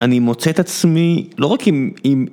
אני מוצא את עצמי לא רק עם...